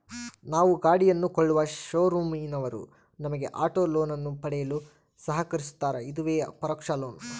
ನಾವು ಗಾಡಿಯನ್ನು ಕೊಳ್ಳುವ ಶೋರೂಮಿನವರು ನಮಗೆ ಆಟೋ ಲೋನನ್ನು ಪಡೆಯಲು ಸಹಕರಿಸ್ತಾರ, ಇದುವೇ ಪರೋಕ್ಷ ಲೋನ್